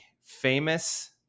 famous